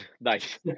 Nice